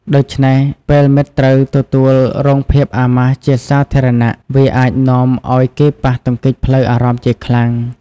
ដូច្នេះ ពេលមិត្តត្រូវទទួលរងភាពអាម៉ាស់ជាសាធារណៈ វាអាចនាំឱ្យគេប៉ះទង្គិចផ្លូវអារម្មណ៍ជាខ្លាំង។